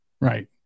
right